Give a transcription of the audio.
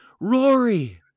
Rory